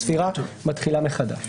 הספירה מתחילה מחדש.